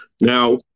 Now